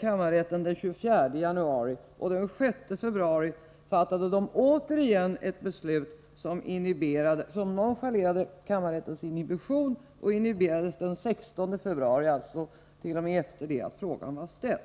kammarrätten den 24 januari. Den 6 februari fattade man återigen ett beslut, som nonchalerade kammarrättens inhibition och som inhiberades den 16 februari, dvs. efter det att frågan var ställd.